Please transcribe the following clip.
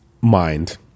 mind